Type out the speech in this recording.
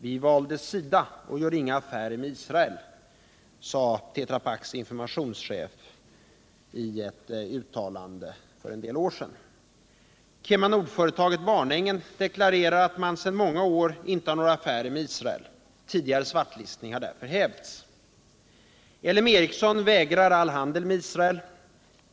”Vi valde sida och gör inga affärer med Israel”, sade Tetra Paks informationschef i ett uttalande för en del år sedan. KemaNordföretaget Barnängen deklarerar att man sedan många år inte har några affärer med Israel. Tidigare svartlistning har därför hävts. LM Ericsson vägrar all handel med Israel.